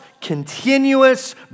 continuous